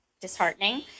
disheartening